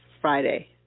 friday